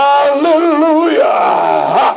Hallelujah